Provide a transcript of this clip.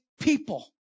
people